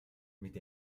mit